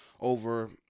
over